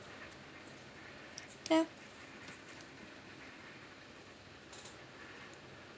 ya